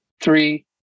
three